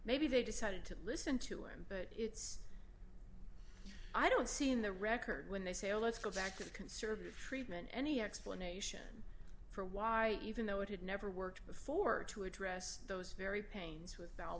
maybe they decided to listen to him but it's i don't see in the record when they say oh let's go back to the conservative treatment any explanation for why even though it had never worked before to address those very pains with